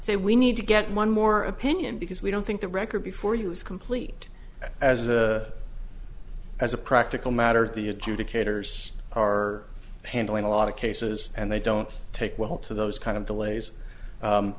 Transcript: so we need to get one more opinion because we don't think the record before you is complete as a as a practical matter the adjudicators are handling a lot of cases and they don't take well to those kind of delays